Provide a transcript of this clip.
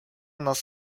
nas